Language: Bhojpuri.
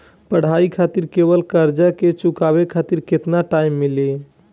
पढ़ाई खातिर लेवल कर्जा के चुकावे खातिर केतना टाइम मिली?